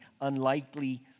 unlikely